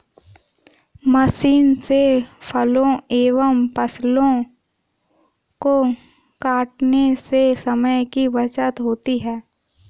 machine से फलों एवं फसलों को छाँटने से समय की बचत होती है